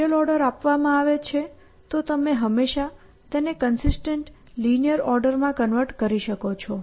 partial order આપવામાં આવે છે તો તમે હંમેશા તેને કન્સિસ્ટન્ટ લિનીઅર ઓર્ડર માં કન્વર્ટ કરી શકો છો